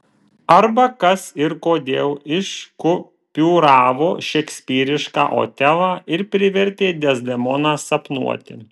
arba kas ir kodėl iškupiūravo šekspyrišką otelą ir privertė dezdemoną sapnuoti